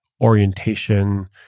orientation